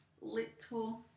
little